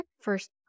first